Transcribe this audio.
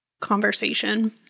conversation